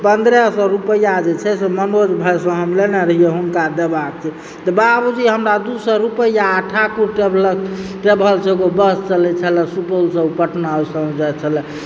पंद्रह सए रुपैआ जे छै से मनोज भाइसंँ हम लेने रहिए हुनका देबाक छै तऽ बाबूजी हमरा दू सए रुपैआ आ ठाकुर केबलसंँ एगो बस चलए छलऽ सुपौलसंँ पटना ओ जाइ छल